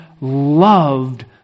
loved